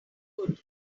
good